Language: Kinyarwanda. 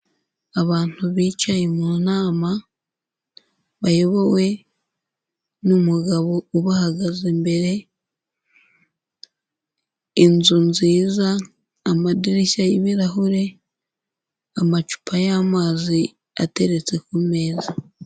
Abantu bicaye mu nama, bayobowe n'umugabo ubahagaze imbere, inzu nziza, amadirishya y'ibirahure, amacupa y'amazi ateretse ku meza.